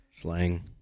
Slang